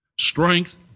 Strength